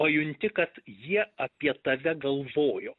pajunti kad jie apie tave galvojo